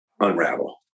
unravel